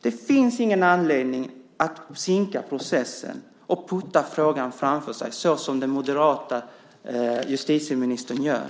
Det finns ingen anledning att sinka processen och putta frågan framför sig såsom den moderata justitieministern gör.